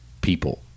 people